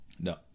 no